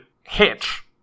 hitch